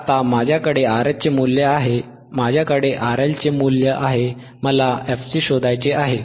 आता माझ्याकडे RH चे मूल्य आहे माझ्याकडे RL चे मूल्यआहेत मला fC शोधायचे आहे